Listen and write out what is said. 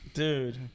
Dude